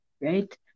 right